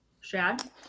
Shad